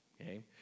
okay